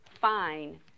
fine